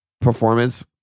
performance